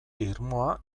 irmoa